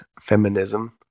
Feminism